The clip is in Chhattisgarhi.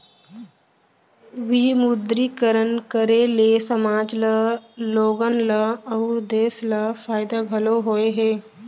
विमुद्रीकरन करे ले समाज ल लोगन ल अउ देस ल फायदा घलौ होय हे